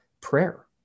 prayer